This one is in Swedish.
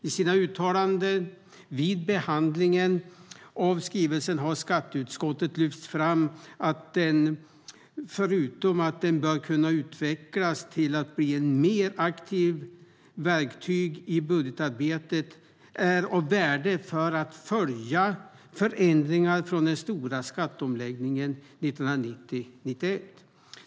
I sina uttalanden vid behandlingen av skrivelsen har skatteutskottet lyft fram att den - förutom att den bör kunna utvecklas till att bli ett mer aktivt verktyg i budgetarbetet - är av värde för att följa förändringar från den stora skatteomläggningen 1990-1991.